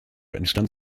entstand